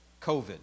COVID